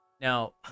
Now